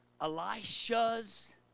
Elisha's